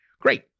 great